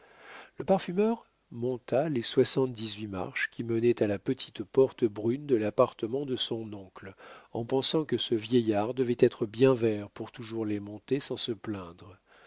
le parfumeur monta les soixante-dix-huit marches qui menaient à la petite porte brune de l'appartement de son oncle en pensant que ce vieillard devait être bien vert pour toujours les monter sans se plaindre